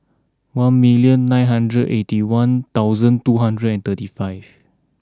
one million nine hundred eighty one thousand two hundred and thirty five